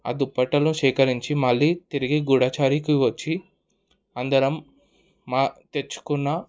ఆ దుప్పటలు స్వీకరించి మళ్ళీ తిరిగి గూడాచారీకి వొచ్చి అందరం మా తెచ్చుకున్న